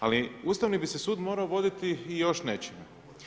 Ali, Ustavni bi se sud morao voditi i još nečime.